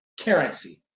currency